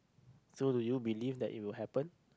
so do you believe that it will happen